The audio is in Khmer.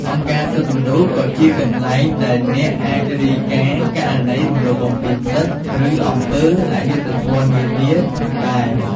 អង្គការសិទ្ធិមនុស្ស ក៏ជាកន្លែងដែលអ្នកអាចរាយការណ៍ករណីរំលោភបំពានសិទ្ធិ ឬអំពើអយុត្តិធម៌នានាផងដែរ។